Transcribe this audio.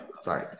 sorry